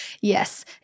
Yes